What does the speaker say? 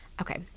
Okay